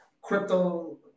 crypto